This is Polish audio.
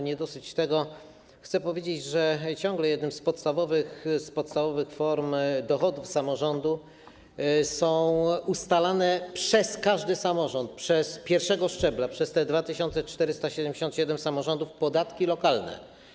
Nie dosyć tego, chcę powiedzieć, że ciągle jedną z podstawowych form dochodów samorządu są ustalane przez każdy samorząd pierwszego szczebla, przez te 2477 samorządów, podatki lokalne.